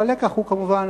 הלקח הוא כמובן,